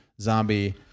zombie